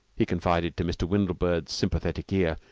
he confided to mr. windlebird's sympathetic ear,